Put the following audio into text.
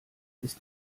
ist